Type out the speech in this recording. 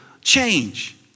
change